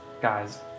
guys